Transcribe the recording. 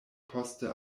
poste